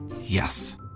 Yes